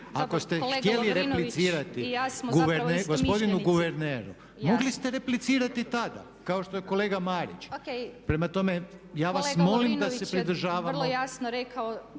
Ako ste htjeli replicirati gospodinu guverneru, mogli ste replicirati tada kao što je kolega Marić. …/Upadica Vukovac: O.K./… Prema tome, ja vas molim da se pridržavamo